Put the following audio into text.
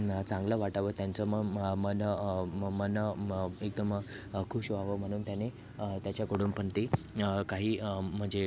चांगलं वाटावं त्यांचं म मन म मन म एकदम खुश व्हावं म्हणून त्यानी त्याच्याकडून पण ते काही म्हणजे